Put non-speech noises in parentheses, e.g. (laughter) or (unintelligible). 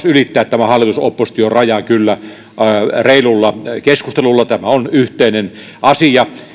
(unintelligible) ylittää hallitus oppositio raja reilulla keskustelulla tämä on yhteinen asia